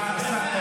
אפס.